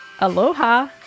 Aloha